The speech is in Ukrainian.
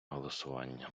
голосування